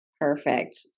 perfect